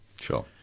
Sure